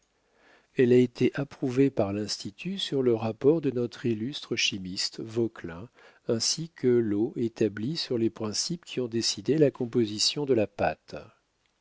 elle a été approuvée par l'institut sur le rapport de notre illustre chimiste vauquelin ainsi que l'eau établie sur les principes qui ont dicté la composition de la pâte